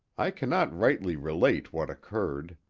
i cannot rightly relate what occurred.